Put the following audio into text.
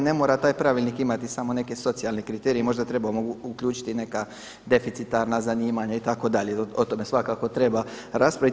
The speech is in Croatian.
Ne mora taj pravilnik imati samo neke socijalne kriterije i možda trebamo uključiti i neka deficitarna zanimanja itd., o tome svakako treba raspraviti.